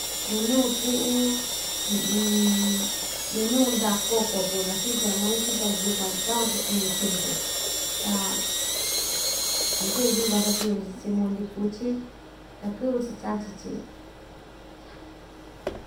Minuu kuꞌu minuu ndaꞌa kokon kuu ñachite nanai‑chi ta yukuan takuan chatyiñu chiꞌin‑chi ta ndɨꞌɨ yukuan satyiñu‑chi chiꞌin muli kuchi ta kɨꞌvɨ‑chi chachi‑chi yaa.